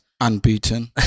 Unbeaten